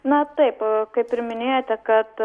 na taip kaip ir minėjote kad